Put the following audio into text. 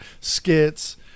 skits